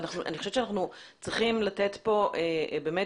אני חושבת שאנחנו צריכים לתת כאן משקל